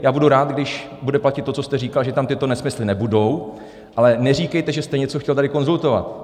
Já budu rád, když bude platit to, co jste říkal, že tam tyto nesmysly nebudou, ale neříkejte, že jste něco chtěl tady konzultovat.